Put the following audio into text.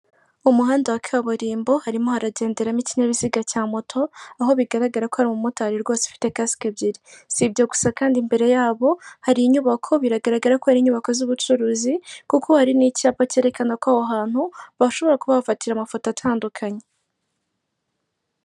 Umuhanda wa kaburimbo, harimo haragenderamo ikinyabiziga cya moto, aho bigaragara rwose ko ari umumotari ufite kasike ebyiri. Si ibyo gusa kandi, imbere yabo hari inyubako. Biragaragara ko ari inyubako z'ubucuruzi kuko hari n'icyapa cyerekana ko aho hantu bashobora kuba bahafatira amafoto atandukanye.